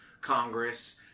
Congress